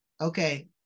Okay